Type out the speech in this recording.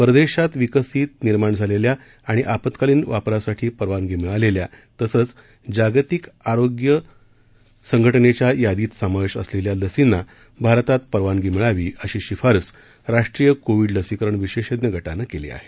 परदेशात विकासीत निर्माण झालेल्या आणि आपत्कालीन वापरासाठी परवानगी मिळालेल्या तसंच जागतिक आरोग्य संघटनेच्या यादीत समावेश असलेल्या लसींना भारतात परवानगी मिळावी अशी शिफारस राष्ट्रीय कोविड लसीकरण विशेषज्ञ गटानं केली आहे